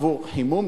עבור חימום,